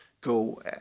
go